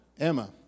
Emma